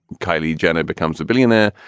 kylie, janet becomes a billionaire.